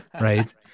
Right